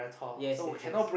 yes yes yes